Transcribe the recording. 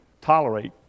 tolerate